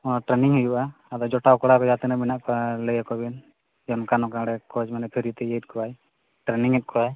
ᱦᱚᱸ ᱴᱨᱮᱱᱤᱝ ᱦᱩᱭᱩᱜᱼᱟ ᱟᱫᱚ ᱡᱚᱴᱟᱣ ᱠᱚᱲᱟ ᱠᱚ ᱡᱟᱦᱟᱸ ᱛᱤᱱᱟᱹᱜ ᱢᱮᱱᱟᱜ ᱠᱚᱣᱟ ᱞᱟᱹᱭ ᱟᱠᱚ ᱵᱤᱱ ᱡᱮ ᱱᱚᱝᱠᱟ ᱚᱱᱝᱠᱟ ᱚᱸᱰᱮ ᱠᱳᱪ ᱢᱟᱱᱮ ᱯᱷᱤᱨᱤᱛᱮᱭ ᱤᱭᱟᱹᱭᱮᱫ ᱠᱚᱣᱟᱭ ᱴᱨᱮᱱᱤᱝᱮᱫ ᱠᱚᱣᱟᱭ